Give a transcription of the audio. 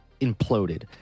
imploded